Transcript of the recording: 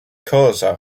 causa